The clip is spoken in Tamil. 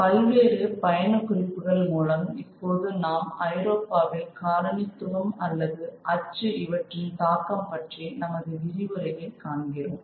பல்வேறு பயணக் குறிப்புகள் மூலம் இப்போது நாம் ஐரோப்பாவில் காலனித்துவம் அல்லது அச்சு இவற்றின் தாக்கம் பற்றி நமது விரிவுரையில் காண்கிறோம்